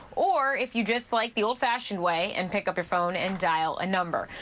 or if you just like the old-fashioned way and pick up your phone and dial a number.